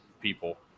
people